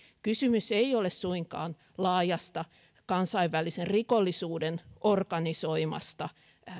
kysymys ei ole suinkaan laajasta kansainvälisen rikollisuuden organisoimasta